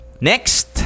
Next